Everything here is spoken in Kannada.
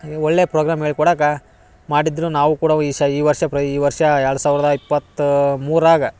ಈ ಒಳ್ಳೆಯ ಪ್ರೋಗ್ರಾಮ್ ಹೇಳ್ಕೊಡಕ್ಕ ಮಾಡಿದ್ರು ನಾವು ಕೂಡ ಈ ಸ ಈ ವರ್ಷ ಈ ವರ್ಷ ಎರಡು ಸಾವಿರದ ಇಪ್ಪತ್ತು ಮೂರಾಗ